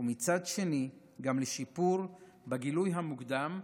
ומצד שני גם לשיפור בגילוי המוקדם,